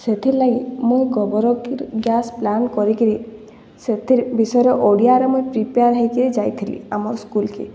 ସେଥିର୍ଲାଗି ମୁଇଁ ଗୋବର୍ ଗ୍ୟାସ୍ ପ୍ଲାନ୍ କରିକିରି ସେଥିର୍ ବିଷୟରେ ଓଡ଼ିଆରେ ମୁଇଁ ପ୍ରିପେୟାର୍ ହେଇକି ଯାଇଥିଲି ଆମର୍ ସ୍କୁଲ୍କେ